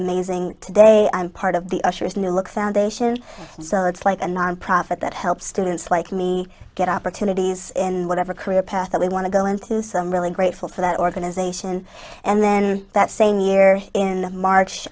amazing today i'm part of the usher's new look foundation so it's like a nonprofit that helps students like me get opportunities in whatever career path that will and i go into some really grateful for that organization and then that same year in march